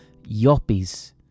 yuppies